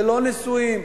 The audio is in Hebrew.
ולא נשואים,